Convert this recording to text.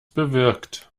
bewirkt